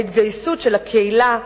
ההתגייסות של הקהילה,